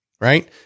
right